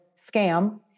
scam